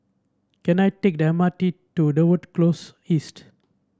can I take the M R T to Dover Close East